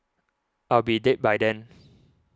I'll be dead by then